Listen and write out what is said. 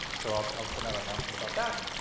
so i'll but i'll send out an announcement about that.